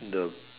the